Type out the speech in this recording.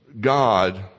God